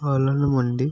పాలను వండి